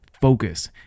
focus